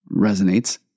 resonates